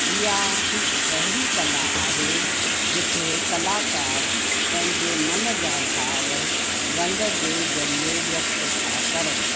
इहा हिकु अहिड़ी कला आहे जिते कलाकार पंहिंजे मन जा भाव रंग जे ज़रिए व्यक्त था करनि